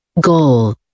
Goal